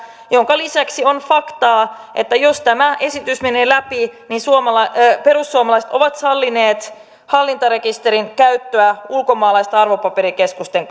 minkä lisäksi on faktaa että jos tämä esitys menee läpi niin perussuomalaiset ovat sallineet hallintarekisterin käyttöä ulkomaalaisten arvopaperikeskusten